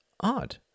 odd